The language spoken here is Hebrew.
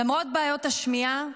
למרות בעיות השמיעה,